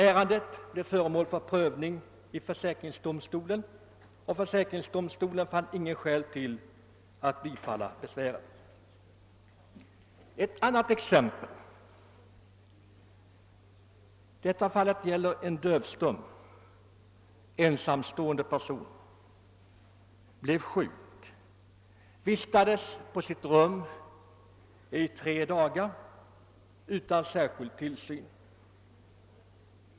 Ärendet blev föremål för prövning i försäkringsdomstolen, och försäkringsdomstolen fann inget skäl att bifalla besvären. Ett annat exempel. Detta fall gäller en dövstum, ensamstående person, som blev sjuk och vistades på sitt rum i tre dagar utan särskild tillsyn.